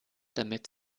damit